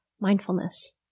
mindfulness